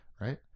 right